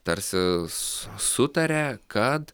tarsi su sutarė kad